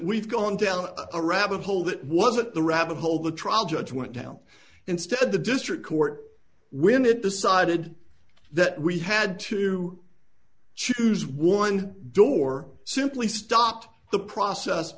we've gone down a rabbit hole that was at the rabbit hole the trial judge went down instead the district court when it decided that we had to choose one door simply stopped the process